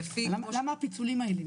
למה הפיצולים האלה?